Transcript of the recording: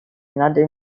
another